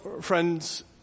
friends